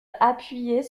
appuyait